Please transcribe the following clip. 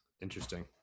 Interesting